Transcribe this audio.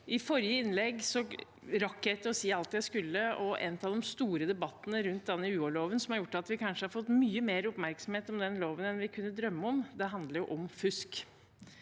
I forrige innlegg rakk jeg ikke å si alt jeg skulle. En av de store debattene rundt UH-loven, som har gjort at vi kanskje har fått mye mer oppmerksomhet om den loven enn vi kunne drømme om, handler om fusk.